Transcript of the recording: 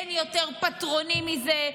אין יותר פטרוני מזה,